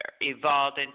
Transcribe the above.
evolved